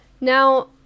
Now